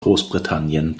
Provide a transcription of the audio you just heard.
großbritannien